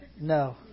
No